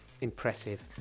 impressive